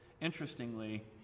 interestingly